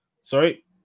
Sorry